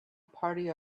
party